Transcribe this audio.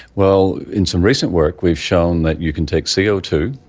well, in some recent work we've shown that you can take c o two,